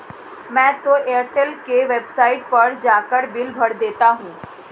मैं तो एयरटेल के वेबसाइट पर जाकर बिल भर देता हूं